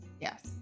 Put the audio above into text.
Yes